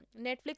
Netflix